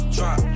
Drop